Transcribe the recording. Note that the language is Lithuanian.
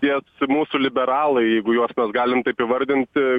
tie mūsų liberalai jeigu juos galim taip įvardinti